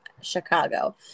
Chicago